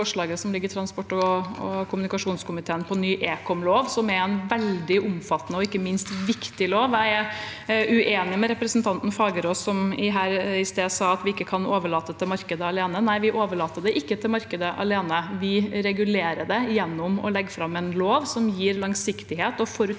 til ny ekomlov som ligger i transport- og kommunikasjonskomiteen. Det er en veldig omfattende og ikke minst viktig lov. Jeg er uenig med representanten Fagerås, som her i stad sa at vi ikke kan overlate det til markedet alene. Nei, vi overlater det ikke til markedet alene, vi regulerer det gjennom å legge fram en lov som gir langsiktighet og forutsigbarhet